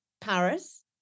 Paris